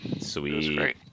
Sweet